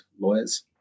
lawyers